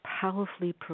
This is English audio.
Powerfully